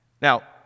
Now